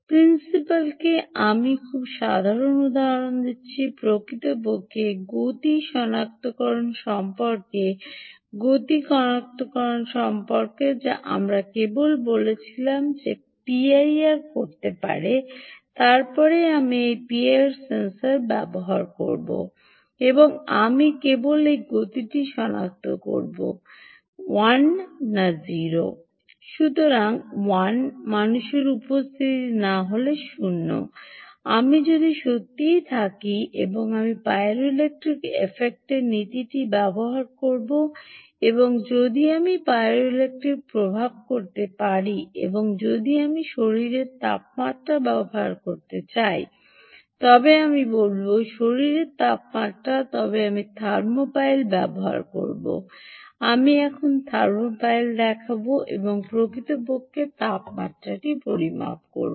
প্রিন্সিপালকে আমি খুব সাধারণ উদাহরণ দিচ্ছি প্রকৃতপক্ষে গতি শনাক্তকরণ সম্পর্কে গতি সনাক্তকরণ সম্পর্কে যা আমরা কেবল বলেছিলাম যে পিআইআর করতে পারে তারপরে আমি একটি পিআইআর সেন্সর ব্যবহার করব এবং আমি কেবল একটি গতি শনাক্ত করি 1 না গতি 0 উপস্থিতি 1 এবং মানুষের উপস্থিতি নেই 0 আমি যদি সত্যিই থাকি এবং আমি পাইরোইলেক্ট্রিক এফেক্টের নীতিটি ব্যবহার করব এবং যদি আমি পাইরোইলেক্ট্রিক্ট প্রভাব ব্যবহার করি এবং যদি আমি শরীরের তাপমাত্রা পরিমাপ ব্যবহার করতে চাই তবে আমি বলব শরীরের তাপমাত্রা তবে আমি থার্মোপাইল ব্যবহার করব আপনি এখন থার্মোপাইল দেখেন এবং প্রকৃতপক্ষে তাপমাত্রাটি পরিমাপ করেন